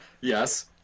yes